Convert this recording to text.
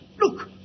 Look